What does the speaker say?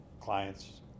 clients